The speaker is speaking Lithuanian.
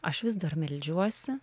aš vis dar meldžiuosi